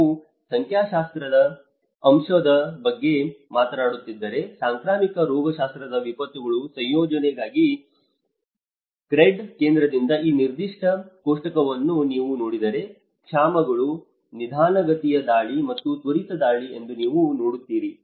ನೀವು ಸಂಖ್ಯಾಶಾಸ್ತ್ರೀಯ ಅಂಶದ ಬಗ್ಗೆ ಮಾತನಾಡುತ್ತಿದ್ದರೆ ಸಾಂಕ್ರಾಮಿಕ ರೋಗಶಾಸ್ತ್ರದ ವಿಪತ್ತುಗಳ ಸಂಶೋಧನೆಗಾಗಿ CRED ಕೇಂದ್ರದಿಂದ ಈ ನಿರ್ದಿಷ್ಟ ಕೋಷ್ಟಕವನ್ನು ನೀವು ನೋಡಿದರೆ ಕ್ಷಾಮಗಳು ನಿಧಾನಗತಿಯ ದಾಳಿ ಮತ್ತು ತ್ವರಿತ ದಾಳಿ ಎಂದು ನೀವು ನೋಡುತ್ತೀರಿ